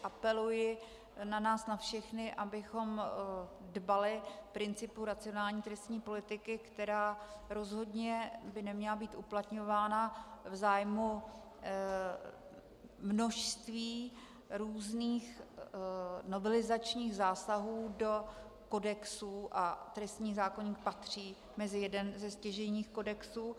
Apeluji na nás všechny, abychom dbali principů racionální trestní politiky, která by rozhodně neměla být uplatňována v zájmu množství různých novelizačních zásahů do kodexů, a trestní zákon je jeden ze stěžejních kodexů.